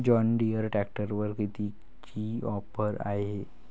John Deere ट्रॅक्टरवर कितीची offer हाये?